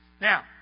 Now